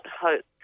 hope